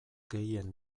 gehien